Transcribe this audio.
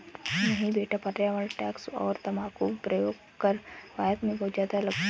नहीं बेटा पर्यावरण टैक्स और तंबाकू प्रयोग कर भारत में बहुत ज्यादा लगता है